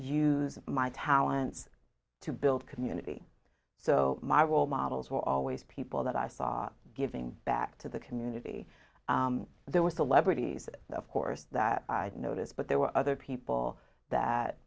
use my talents to build community so my role models were always people that i saw giving back to the community there were celebrities of course that i notice but there were other people that